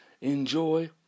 Enjoy